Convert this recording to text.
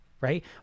Right